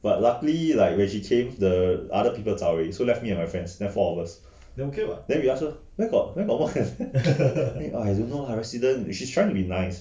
but luckily like when she came the other people zao already so left me and my friends then four of us then we ask her where got where got I don't lah resident she trying to be nice